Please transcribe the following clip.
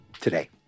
today